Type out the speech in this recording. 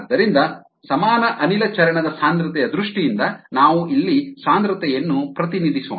ಆದ್ದರಿಂದ ಸಮಾನ ಅನಿಲ ಚರಣ ದ ಸಾಂದ್ರತೆಯ ದೃಷ್ಟಿಯಿಂದ ನಾವು ಇಲ್ಲಿ ಸಾಂದ್ರತೆಯನ್ನು ಪ್ರತಿನಿಧಿಸೋಣ